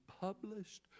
published